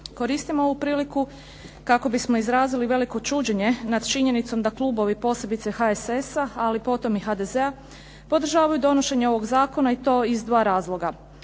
Koristim ovu priliku kako bismo izrazili veliko čuđenje nad činjenicom da klubovi, posebice HSS-a, ali potom i HDZ-a podržavaju donošenje ovog zakona i to iz dva razloga.